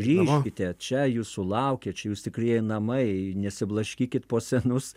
grįžkite čia jūsų laukia čia jūs tikrieji namai nesiblaškykit po senus